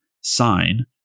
sign